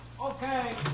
Okay